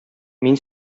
мин